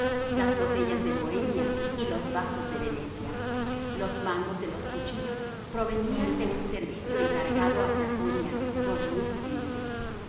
las botellas de bohemia y los vasos de venecia los mangos de los cuchillos provenían de un servicio encargado a sajonia por luis